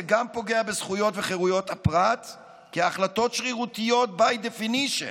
זה גם פוגע בזכויות ובחירויות הפרט כהחלטות שרירותיות by definition,